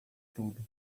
tudo